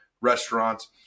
restaurants